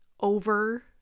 over